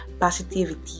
positivity